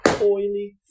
Oily